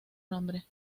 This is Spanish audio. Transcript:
nombre